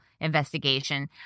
investigation